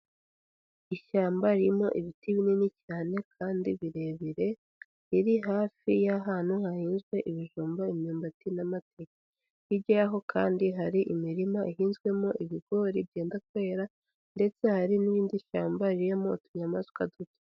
Ishyamba ririmo ibiti binini cyane kandi birebire, riri hafi y'ahantu hahinzwe ibijumba, imyumbati n'amateke, hirya yaho kandi hari imirima ihinzwemo ibigori byenda kwera ndetse hari n'irindi shyamba ririmo utunyamaswa duto.